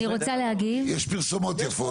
אני ראש אגף אחריות יצרן במשרד.